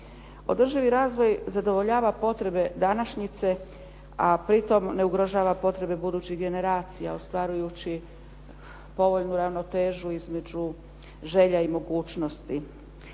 Održi razvoj zadovoljava potrebe današnjice, a pritom ne ugrožava potrebe budućih generacija ostvarujući povoljnu ravnotežu između želja i mogućnosti.